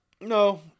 No